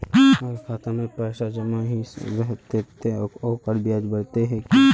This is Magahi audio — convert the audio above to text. अगर खाता में पैसा जमा ही रहते ते ओकर ब्याज बढ़ते की?